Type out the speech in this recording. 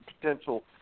potential